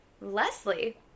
Leslie